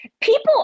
people